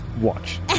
Watch